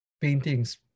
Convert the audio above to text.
paintings